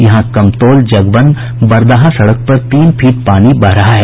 यहां कमतौल जगवन बरदाहा सड़क पर तीन फीट पानी बह रहा है